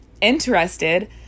interested